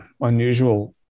unusual